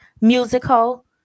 musical